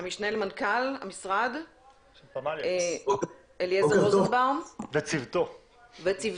המשנה למנכ"ל המשרד אליעזר רוזנבאום וצוותו,